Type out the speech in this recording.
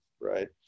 Right